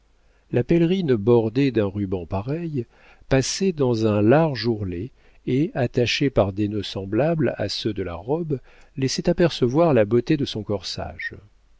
la pèlerine bordée d'un ruban pareil passé dans un large ourlet et attachée par des nœuds semblables à ceux de la robe laissait apercevoir la beauté de son corsage